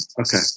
Okay